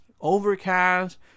Overcast